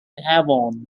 avon